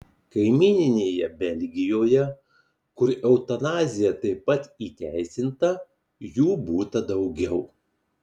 kaimyninėje belgijoje kur eutanazija taip pat įteisinta jų būta daugiau